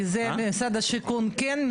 כי זה משרד השיכון כן,